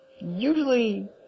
usually